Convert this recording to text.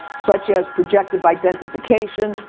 such as projective identification,